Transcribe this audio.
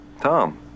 Tom